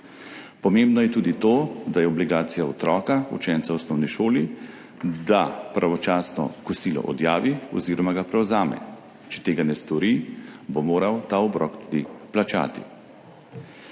Pomembno je tudi to, da je obligacija otroka, učenca v osnovni šoli, da pravočasno kosilo odjavi oziroma ga prevzame. Če tega ne stori, bo moral ta obrok tudi plačati.